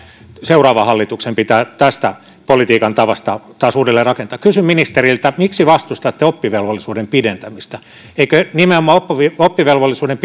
seuraavan hallituksen pitää tästä politiikan tavasta taas uudelleen rakentaa kysyn ministeriltä miksi vastustatte oppivelvollisuuden pidentämistä eikö nimenomaan oppivelvollisuuden